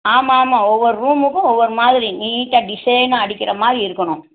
ஆமாம் ஆமாம் ஒவ்வொரு ரூமுக்கும் ஒவ்வொரு மாதிரி நீட்டாக டிசைனா அடிக்கிற மாதிரி இருக்கணும்